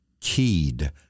Keyed